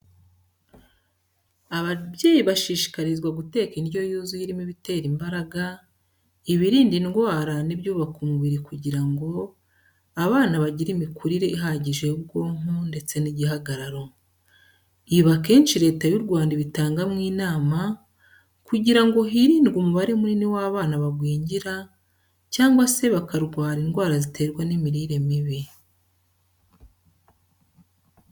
Ababyeyi bashishikarizwa guteka indyo yuzuye irimo ibitera imbaraga, ibirinda indwara n'ibyubaka umubiri kugira ngo abana bagire imikurire ihagije y'ubwonko ndetse n'igihagararo. Ibi akenshi Leta y'u Rwanda ibitangamo inama kugira ngo hirindwe umubare munini w'abana bagwingira cyangwa se bakarwara indwara ziterwa n'imirire mibi.